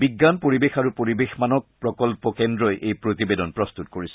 বিজ্ঞান পৰিৱেশ আৰু পৰিৱেশ মানক প্ৰকল্প কেন্দ্ৰই এই প্ৰতিবেদন প্ৰস্তত কৰিছিল